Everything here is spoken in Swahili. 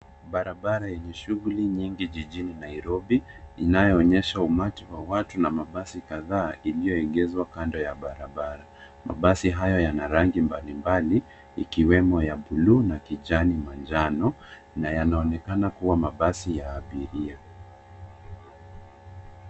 Barabara yenye shughuli nyingi jijini Nairobi, inayoonyesha umati wa watu na mabasi kadhaa iliyoegezwa kando ya barabara. Mabasi hayo yana rangi mbalimbali, ikiwemo ya buluu na kijani manjano na yanaonekana kuwa mabasi ya abiria.